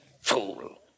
Fool